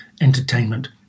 entertainment